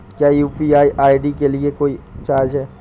क्या UPI ID के लिए कोई चार्ज है?